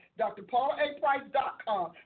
drpaulaprice.com